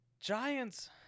Giants